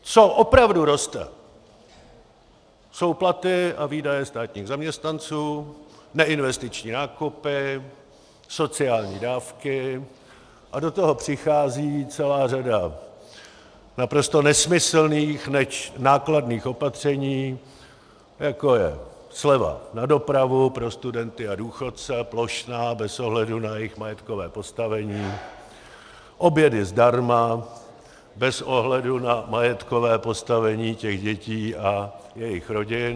Co opravdu roste, jsou platy a výdaje státních zaměstnanců, neinvestiční nákupy, sociální dávky a do toho přichází celá řada naprosto nesmyslných, leč nákladných opatření, jako je sleva na dopravu pro studenty a důchodce, plošná, bez ohledu na jejich majetkové postavení, obědy zdarma bez ohledu na majetkové postavení těch dětí a jejich rodin.